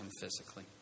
physically